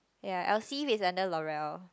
ya Elseve is under L'oreal